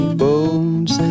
bones